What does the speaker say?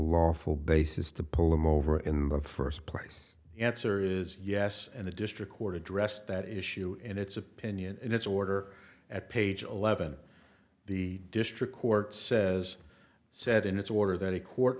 lawful basis to pull him over in the first place the answer is yes and the district court addressed that issue in its opinion and its order at page eleven the district court says said in its order that a court